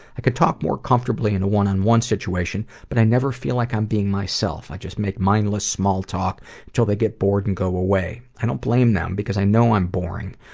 i can talk more comfortably in a one on one situation, but i never feel like i'm being myself i just make mindless small talk till they get bored and go away. i dont blame them, because i know i'm boring,